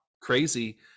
crazy